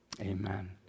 amen